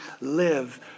live